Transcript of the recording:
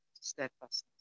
steadfastness